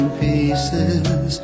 pieces